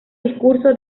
discurso